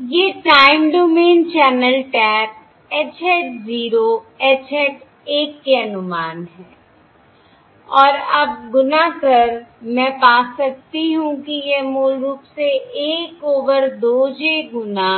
ये time domain channel taps H hat 0 H hat 1 के अनुमान हैं और अब गुणा कर मैं पा सकती हूं कि यह मूल रूप से 1 ओवर 2 j गुना